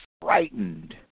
frightened